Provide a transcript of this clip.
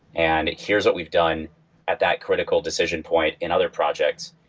and here's what we've done at that critical decision point in other projects.